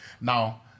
Now